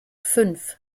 fünf